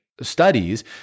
studies